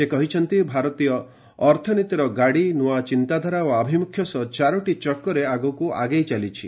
ସେ କହିଛନ୍ତି ଭାରତୀୟ ଅର୍ଥନୀତିର ଗାଡ଼ି ନୂଆ ଚିନ୍ତାଧାରା ଓ ଆଭମୁଖ୍ୟ ସହ ଚାରୋଟି ଚକରେ ଆଗକୁ ଆଗେଇ ଚାଲିଛି